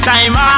Time